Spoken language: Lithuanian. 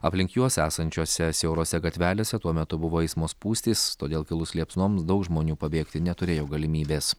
aplink juos esančiose siaurose gatvelėse tuo metu buvo eismo spūstys todėl kilus liepsnoms daug žmonių pabėgti neturėjo galimybės